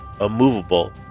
immovable